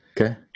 Okay